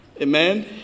Amen